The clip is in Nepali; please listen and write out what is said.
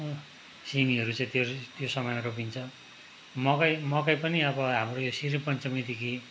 सिमीहरू चाहिँ त्यो त्यो समयमा रोपिन्छ मकै मकै पनि अब हाम्रो यो श्री पञ्चमीदेखि